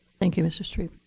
thank you, mr. strebe.